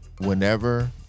Whenever